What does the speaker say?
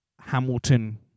Hamilton